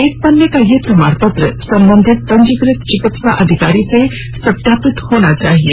एक पन्ने का यह प्रमाणपत्र संबंधित पंजीकृत चिकित्सा अधिकारी से सत्यापित होना चाहिए